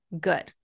good